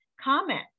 comment